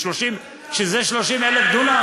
זה 30,000 דונם?